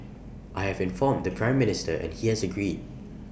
I have informed the Prime Minister and he has agreed